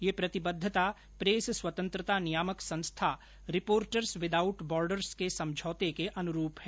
यह प्रतिबद्धता प्रेस स्वतंत्रता नियामक संस्था रिपोर्टर्स विदाउट बार्डर्स के समझौते के अनुरूप हैं